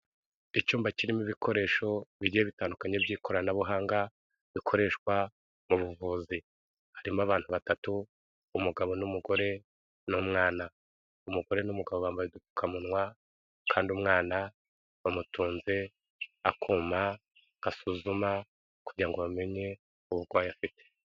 Icyumba kirimo ibikoresho bigiye bitandukanye by'ikoranabuhanga, bikoreshwa mu buvuzi. Harimo abantu batatu, umugabo n'umugore n'umwana. Umugore n'umugabo bambaye udupfukamunwa kandi umwana bamutunze akuma gasuzuma kugira ngo bamenye uburwayi afite.